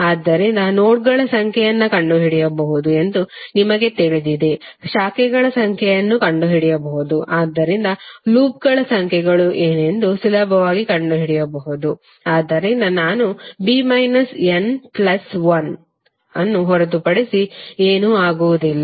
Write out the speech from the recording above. ಆದ್ದರಿಂದ ನೋಡ್ಗಳ ಸಂಖ್ಯೆಯನ್ನು ಕಂಡುಹಿಡಿಯಬಹುದು ಎಂದು ನಿಮಗೆ ತಿಳಿದಿದೆ ಶಾಖೆಗಳ ಸಂಖ್ಯೆಯನ್ನು ಕಂಡುಹಿಡಿಯಬಹುದು ಆದ್ದರಿಂದ ಲೂಪ್ಗಳ ಸಂಖ್ಯೆಗಳು ಏನೆಂದು ಸುಲಭವಾಗಿ ಕಂಡುಹಿಡಿಯಬಹುದು ಆದ್ದರಿಂದ ನಾನು b minus n plus one ಅನ್ನು ಹೊರತುಪಡಿಸಿ ಏನೂ ಆಗುವುದಿಲ್ಲ